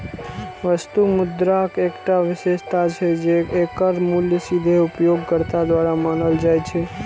वस्तु मुद्राक एकटा विशेषता छै, जे एकर मूल्य सीधे उपयोगकर्ता द्वारा मानल जाइ छै